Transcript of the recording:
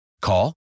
Call